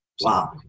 Wow